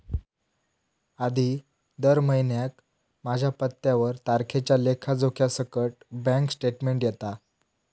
आधी दर महिन्याक माझ्या पत्त्यावर तारखेच्या लेखा जोख्यासकट बॅन्क स्टेटमेंट येता